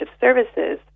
services